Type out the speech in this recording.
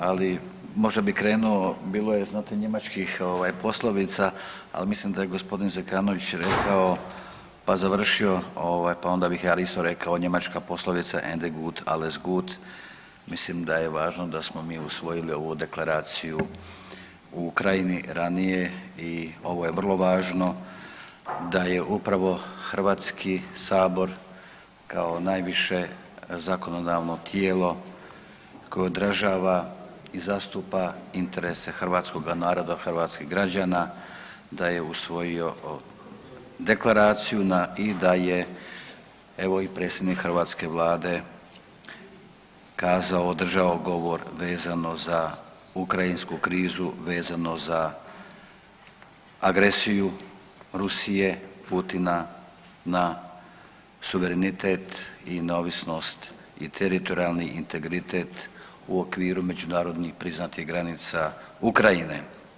Ali, možda bih krenuo, bilo je znate, njemačkih poslovica, ali mislim da je g. Zekanović rekao pa završio ovaj, pa onda bih ja isto rekao, njemačka poslovica „Ende gut alles gut.“, mislim da je važno da smo mi usvojili ovu Deklaraciju o Ukrajini ranije i ovo je vrlo važno da je upravo HS kao najviše zakonodavno tijelo koje odražava i zastupa interesa hrvatskoga naroda, hrvatskih građana, da je usvojio Deklaraciju i da je, evo i predsjednik hrvatske Vlade kazao, održao govor vezano za ukrajinsku krizu, vezano za agresiju Rusije, Putina na suverenitet i neovisnost i teritorijalni integritet u okviru međunarodnih priznatih granica Ukrajine.